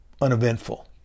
uneventful